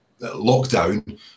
lockdown